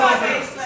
אוהבי ישראל.